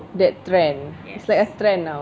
that trend it's like a trend now